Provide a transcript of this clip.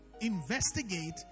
investigate